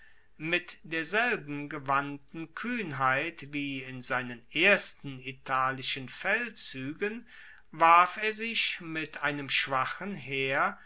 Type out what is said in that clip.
mit derselben gewandten kuehnheit wie in seinen ersten italischen feldzuegen warf er sich mit einem schwachen heer